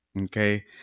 okay